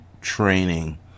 training